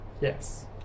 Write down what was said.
Yes